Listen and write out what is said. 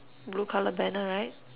blue colour banner right